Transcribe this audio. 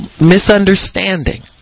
misunderstanding